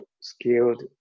skilled